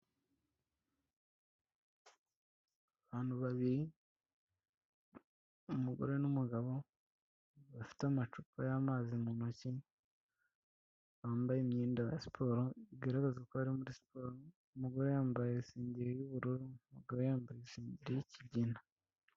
Abantu babiri, umugore n'umugabo, bafite amacupa y'amazi mu ntoki, bambaye imyenda ya siporo, bigaragaza ko bari muri siporo, umugore yambaye isengeri y'ubururu, umugabo yambaye isengeri y'ikigina.